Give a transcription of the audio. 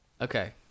Okay